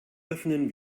öffnen